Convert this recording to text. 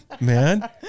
man